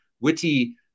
witty